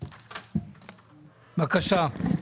בקשה.